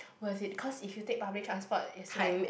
worth it cause if you take public transport it's like